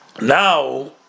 now